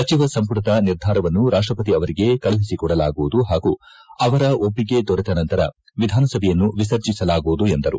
ಸಚಿವ ಸಂಪುಟದ ನಿರ್ಧಾರವನ್ನು ರಾಷ್ಟವತಿ ಅವಂಗೆ ಕಳುಹಿಸಿಕೊಡಲಾಗುವುದು ಹಾಗೂ ಅವರ ಒಪ್ಪಿಗೆ ದೊರೆತ ನಂತರ ವಿಧಾನಸಭೆಯನ್ನು ವಿಸರ್ಜಿಸಲಾಗುವುದು ಎಂದರು